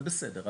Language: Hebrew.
זה בסדר,